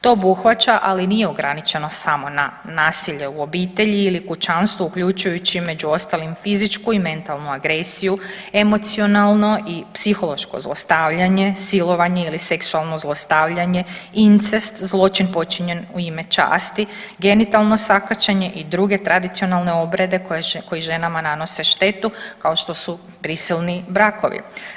To obuhvaća, ali nije ograničeno samo na nasilje u obitelji ili kućanstvu uključujući među ostalim fizičku i mentalnu agresiju, emocionalno i psihološko zlostavljanje, silovanje ili seksualno zlostavljanje, incest, zločin počinjen u ime časti, genitalno sakaćenje i druge tradicionalne obrede koji ženama nanose štetu kao što su prisilni brakovi.